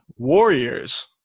Warriors